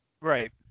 Right